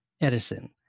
Edison